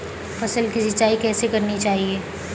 फसल की सिंचाई कैसे करनी चाहिए?